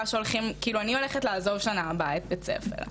אני הולכת לעזוב שנה הבאה את בית הספר,